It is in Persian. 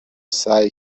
سعی